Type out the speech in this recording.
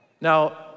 Now